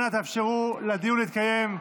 אנא, תאפשרו לדיון להתקיים.